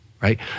right